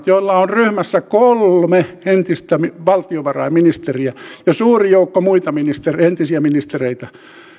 joilla on ryhmässä kolme entistä valtiovarainministeriä ja suuri joukko muita entisiä ministereitä